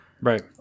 Right